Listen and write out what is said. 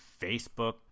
Facebook